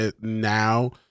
now